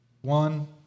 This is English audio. One